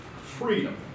Freedom